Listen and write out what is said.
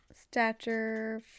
stature